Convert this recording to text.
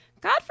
God